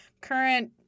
current